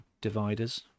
dividers